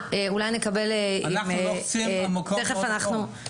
אנחנו לוחצים במקום הלא נכון.